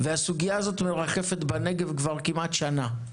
הסוגיה הזאת מרחפת בנגב כבר כמעט שנה.